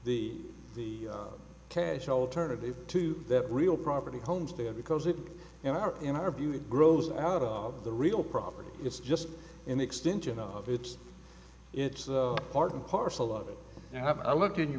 the the cash alternative to that real property homes there because it in our in our view it grows out of the real property it's just an extension of it's it's part and parcel of it you have a look in your